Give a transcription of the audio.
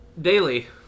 Daily